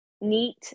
neat